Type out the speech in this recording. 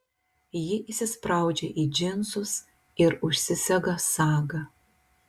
ji įsispraudžia į džinsus ir užsisega sagą